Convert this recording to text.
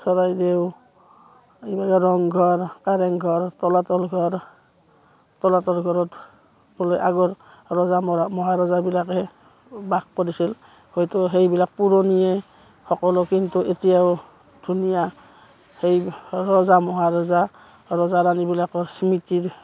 চৰাইদেউ এইবিলাকে ৰংঘৰ কাৰেংঘৰ তলাতল ঘৰ তলাতল ঘৰত বোলে আগৰ ৰজা মহাৰজাবিলাকে বাস কৰিছিল হয়তো সেইবিলাক পুৰণিয়ে সকলো কিন্তু এতিয়াও ধুনীয়া সেই ৰজা মহাৰজা ৰজা ৰাণীবিলাকৰ স্মৃতিৰ